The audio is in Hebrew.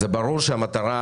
ברור שהמטרה